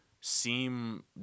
seem